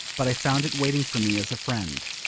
but i found it waiting for me as a friend.